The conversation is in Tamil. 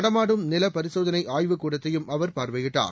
நடமாடும் நிலபரிசோதனைஆய்வுக்கூடத்தையும் அவர் பார்வையிட்டார்